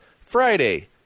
Friday